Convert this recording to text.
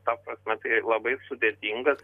ta prasme tai labai sudėtingas